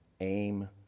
aim